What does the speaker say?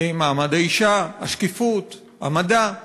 מעמד האישה, השקיפות, המדע.